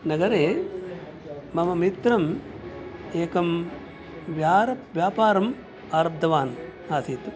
नगरे मम मित्रम् एकं व्यापारम् आरब्धवान् आसीत्